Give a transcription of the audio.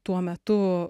tuo metu